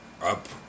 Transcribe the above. up